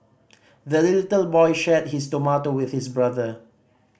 the little boy shared his tomato with his brother